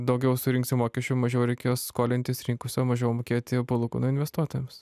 daugiau surinksim mokesčių mažiau reikės skolintis rinkose mažiau mokėti palūkanų investuotojams